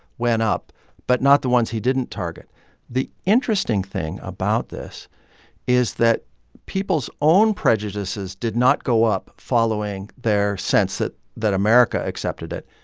went up but not the ones he didn't target the interesting thing about this is that people's own prejudices did not go up following their sense that that america accepted it.